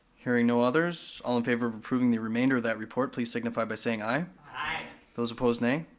hearing no others, all in favor of approving the remainder of that report please signify by saying aye. aye. those opposed nay.